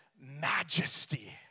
majesty